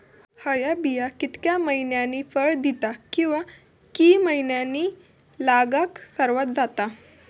हया बिया कितक्या मैन्यानी फळ दिता कीवा की मैन्यानी लागाक सर्वात जाता?